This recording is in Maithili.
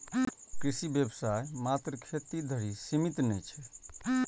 कृषि व्यवसाय मात्र खेती धरि सीमित नै छै